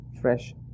fresh